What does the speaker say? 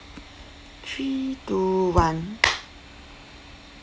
three two one